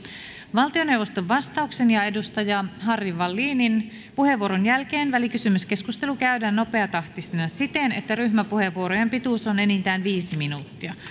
valtioneuvoston vastauksen ja edustaja harry wallinin puheenvuoron jälkeen välikysymyskeskustelu käydään nopeatahtisena siten että ryhmäpuheenvuorojen pituus on enintään viisi minuuttia